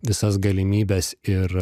visas galimybes ir